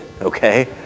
okay